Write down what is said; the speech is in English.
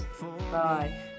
Bye